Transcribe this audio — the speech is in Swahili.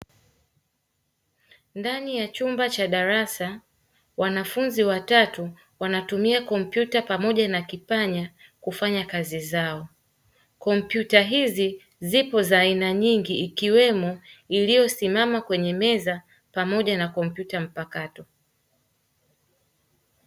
Ndani ya chumba cha darasa wanafunzi watatu wanatumia kompyuta pamoja na kipanya kufanya kazi zao, kompyuta hizi zipo za aina nyingi ikiwemo iliyosimama kwenye meza pamoja na kompyuta mpakato.